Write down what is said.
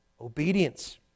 Obedience